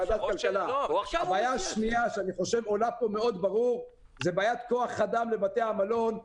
בעיה שנייה היא בעיית כוח אדם בבתי המלון.